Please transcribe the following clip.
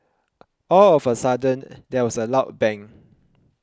all of a sudden there was a loud bang